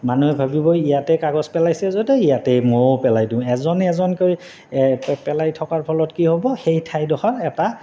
মানুহে ভাবিবই ইয়াতে কাগজ পেলাইছে য'তে ইয়াতে ময়ো পেলাই দিওঁ এজন এজনকৈ পেলাই থকাৰ ফলত কি হ'ব সেই ঠাইডোখৰ এটা